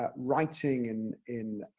ah writing and in